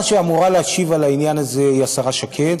השרה שאמורה להשיב על העניין הזה היא השרה שקד,